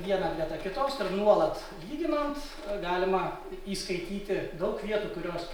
vieną greta kitos ir nuolat lyginant galima įskaityti daug vietų kurios